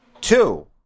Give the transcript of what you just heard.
Two